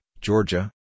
Georgia